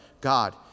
God